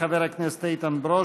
חבר הכנסת איתן ברושי,